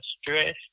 stress